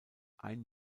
ein